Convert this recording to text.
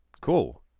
Cool